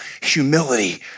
humility